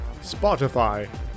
Spotify